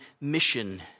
mission